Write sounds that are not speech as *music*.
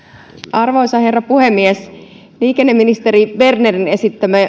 arvoisa herra puhemies liikenneministeri bernerin esittelemän *unintelligible*